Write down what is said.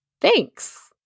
thanks